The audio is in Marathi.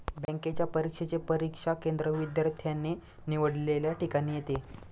बँकेच्या परीक्षेचे परीक्षा केंद्र विद्यार्थ्याने निवडलेल्या ठिकाणी येते